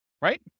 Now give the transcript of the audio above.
right